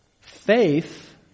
Faith